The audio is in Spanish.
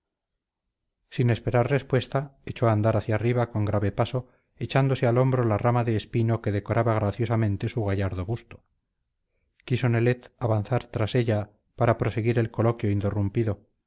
promesa sin esperar respuesta echó a andar hacia arriba con grave paso echándose al hombro la rama de espino que decoraba graciosamente su gallardo busto quiso nelet avanzar tras ella para proseguir el coloquio interrumpido